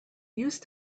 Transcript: used